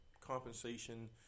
compensation